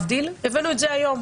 להבדיל, הבאנו את זה היום.